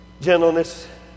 Gentleness